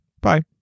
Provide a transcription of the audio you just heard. Bye